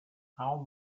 how